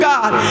God